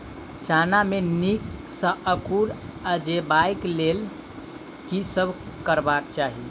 चना मे नीक सँ अंकुर अनेबाक लेल की सब करबाक चाहि?